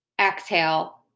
Exhale